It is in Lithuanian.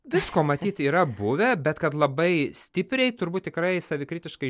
visko matyt yra buvę bet kad labai stipriai turbūt tikrai savikritiškai